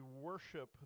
worship